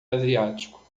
asiático